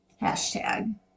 Hashtag